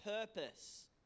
Purpose